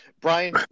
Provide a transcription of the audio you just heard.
Brian